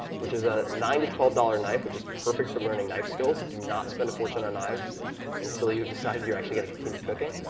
which is a nine dollars to twelve dollars knife which is perfect for learning knife skills. do not spend a fortune on knives until you've decided you're actually going to continue cooking.